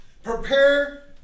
Prepare